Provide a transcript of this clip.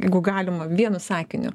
jeigu galima vienu sakiniu